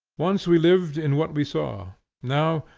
once we lived in what we saw now,